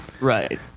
right